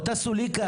סוליקה,